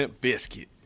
Biscuit